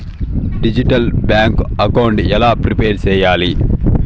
Digital bank account ఎలా prepare సెయ్యాలి?